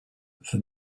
for